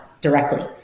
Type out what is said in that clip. directly